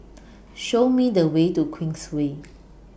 Show Me The Way to Queensway